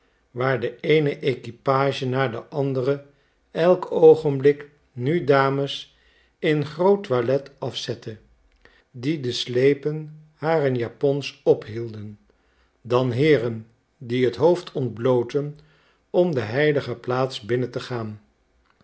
waar de eene equipage na de andere elk oogenblik nu dames in groot toilet afzette die de slepen harer japons ophielden dan heeren die het hoofd ontblootten om de heilige plaats binnen te gaan